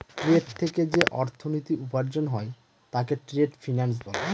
trade থেকে যে অর্থনীতি উপার্জন হয় তাকে ট্রেড ফিন্যান্স বলে